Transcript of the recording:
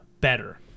better